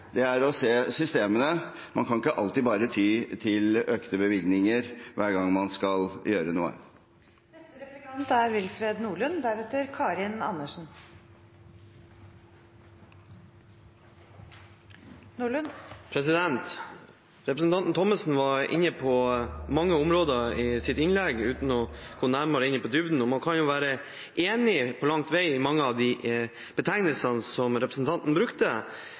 å se på systemene. Man kan ikke alltid bare ty til økte bevilgninger hver gang man skal gjøre noe. Representanten Thommessen var inne på mange områder i sitt innlegg uten å gå i dybden. Man kan langt på vei være enig i mange av betegnelsene som representanten Thommessen brukte, men problemet dukker opp når man begynner å gå i dybden av detaljene i forslaget til budsjett, som representanten